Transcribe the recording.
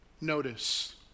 Notice